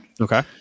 Okay